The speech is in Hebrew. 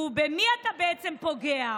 ובמי אתה בעצם פוגע?